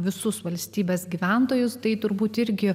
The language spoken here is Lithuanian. visus valstybės gyventojus tai turbūt irgi